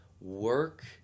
work